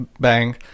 bang